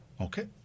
Okay